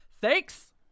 Thanks